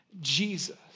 Jesus